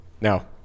now